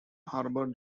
harbor